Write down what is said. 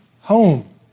home